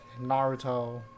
Naruto